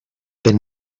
been